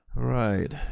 right. aye.